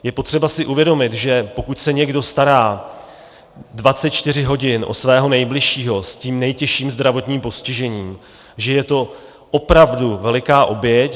Je potřeba si uvědomit, že pokud se někdo stará 24 hodin o svého nejbližšího s tím nejtěžším zdravotním postižením, že je to opravdu veliká oběť.